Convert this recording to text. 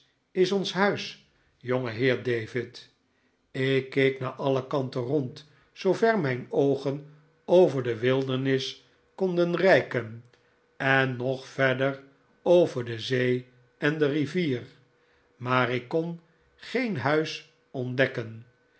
is ons huis jongeheer david ik keek naar alle kanten rond zoover mijn oogen over de wildernis konden reiken en nog verder over de zee en de rivier maar ik kon geen huis ontdekken